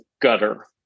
gutter